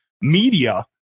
media